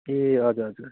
ए हजुर हजुर